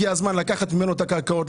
הגיע הזמן לקחת ממנו את הקרקעות.